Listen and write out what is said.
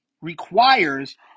requires